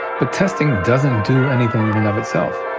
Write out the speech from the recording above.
but testing doesn't do anything in and of itself.